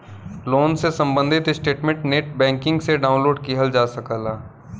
loan से सम्बंधित statement net banking से डाउनलोड किहल जा सकला